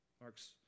Mark's